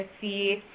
see